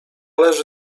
leży